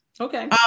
Okay